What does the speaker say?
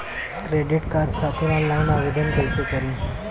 Credit card खातिर online आवेदन कइसे करि?